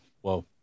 whoa